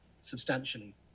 substantially